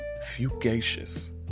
Fugacious